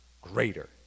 greater